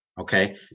Okay